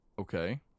Okay